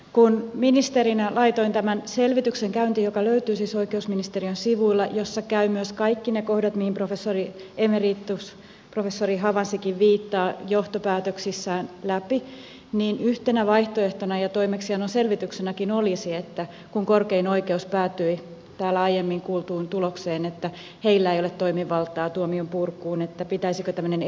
kun ministerinä laitoin tämän selvityksen käyntiin joka löytyy siis oikeusministeriön sivuilta jossa käydään myös kaikki ne kohdat mihin emeritusprofessori havansikin viittaa johtopäätöksissään läpi niin yhtenä vaihtoehtona ja toimeksiannon selvityksenäkin oli se että kun korkein oikeus päätyi täällä aiemmin kuultuun tulokseen että heillä ei ole toimivaltaa tuomion purkuun niin pitäisikö tämmöinen erillislaki tehdä